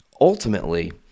ultimately